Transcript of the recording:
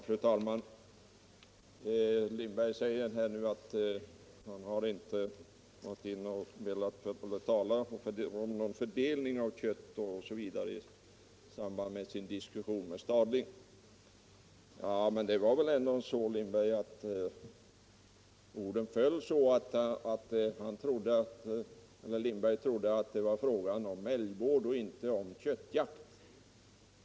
Fru talman! Herr Lindberg säger nu att han inte har velat gå in och tala om någon fördelning av kött osv. i samband med sin diskussion med herr Stadling. Orden föll väl ändå så, herr Lindberg, att ni sade att ni trodde att det var fråga om älgvård och inte om köttjakt.